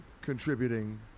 contributing